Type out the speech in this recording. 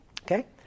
Okay